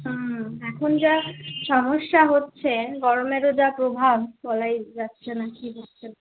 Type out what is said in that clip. হুম এখন যা সমস্যা হচ্ছে গরমেরও যা প্রভাব বলাই যাচ্ছে না কি হচ্ছে